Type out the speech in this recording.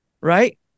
right